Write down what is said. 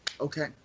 Okay